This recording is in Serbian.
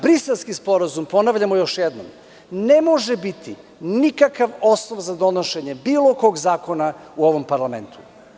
Briselski sporazum, ponavljamo još jednom, ne može biti nikakav osnov za donošenje bilo kog zakona u ovom parlamentu.